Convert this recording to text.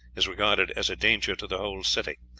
is regarded as a danger to the whole city,